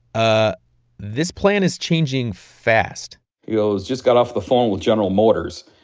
ah this plan is changing fast he goes, just got off the phone with general motors.